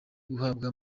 guhabwa